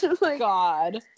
god